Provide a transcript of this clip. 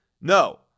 no